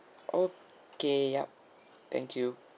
okay yup thank you